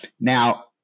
now